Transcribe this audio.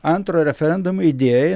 antrojo referendumo idėja